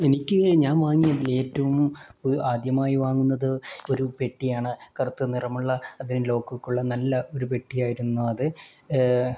എനിക്ക് ഞാൻ വാങ്ങിയതിൽ ഏറ്റവും ആദ്യമായി വാങ്ങുന്നത് ഒരു പെട്ടിയാണ് കറുത്ത നിറമുള്ള അതിന് ലോക്ക് ഒക്കെ ഉള്ള നല്ല ഒരു പെട്ടിയായിരുന്നു അത്